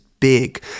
Big